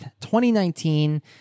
2019